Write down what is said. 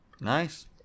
Nice